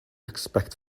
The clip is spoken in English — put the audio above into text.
expect